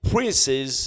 Princes